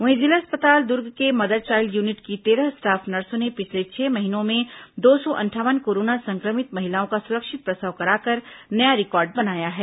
वहीं जिला अस्पताल दुर्ग के मदर चाइल्ड यूनिट की तेरह स्टाफ नर्सों ने पिछले छह महीने में दो सौ अंठावन कोरोना संक्रमित महिलाओं का सुरक्षित प्रसव कराकर नया रिकॉर्ड बनाया है